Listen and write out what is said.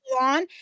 on